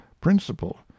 principle